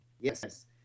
Yes